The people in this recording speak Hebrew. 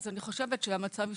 אני חושבת שהמצב ישתפר.